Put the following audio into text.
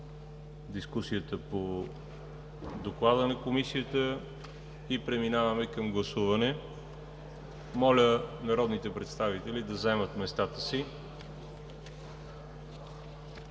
дискусията по Доклада на Комисията и преминаваме към гласуване. Моля народните представители да заемат местата си.